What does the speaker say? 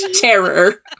terror